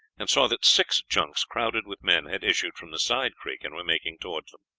and saw that six junks crowded with men had issued from the side creek and were making towards them.